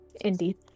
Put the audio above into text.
Indeed